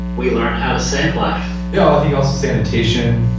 we learn how to save life yeah, i think also sanitation,